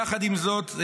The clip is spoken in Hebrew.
יחד עם זאת,